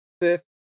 fifth